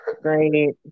great